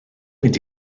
mynd